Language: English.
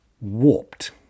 warped